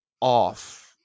off